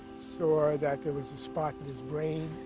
saw that there was a spot in his brain.